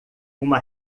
uma